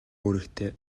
үүрэгтэй